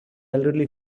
elderly